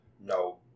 no